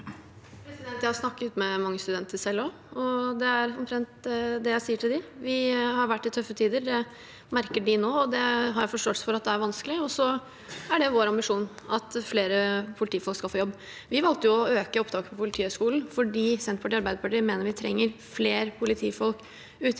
Jeg har snakket med mange studenter selv også, og det er omtrent det jeg sier til dem. Vi har vært i tøffe tider, det merker de nå. Det har jeg forståelse for at er vanskelig, og så er det vår ambisjon at flere politifolk skal få jobb. Vi valgte å øke opptaket på Politihøgskolen fordi Senterpartiet og Arbeiderpartiet mener vi trenger flere politifolk ute